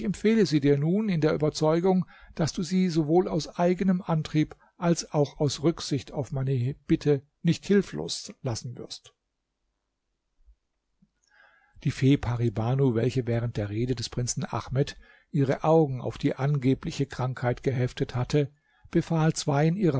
empfehle sie dir nun in der überzeugung daß du sie sowohl aus eigenem antrieb als auch aus rücksicht auf meine bitte nicht hilflos lassen wirst die fee pari banu welche während der rede des prinzen ahmed ihre augen auf die angebliche krankheit geheftet hatte befahl zweien ihrer